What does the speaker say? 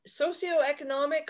socioeconomic